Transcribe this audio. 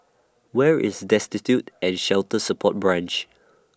Where IS Destitute and Shelter Support Branch